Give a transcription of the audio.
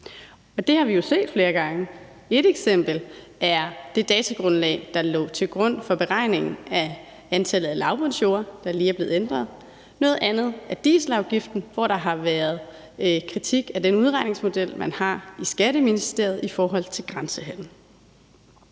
Det har vi jo set flere gange. Et eksempel er det datagrundlag, der lå til grund for beregningen af antallet af lavbundsjorder, der lige er blevet ændret; et andet eksempel er dieselafgiften, hvor der har været kritik af den udregningsmodel i forhold til grænsehandel,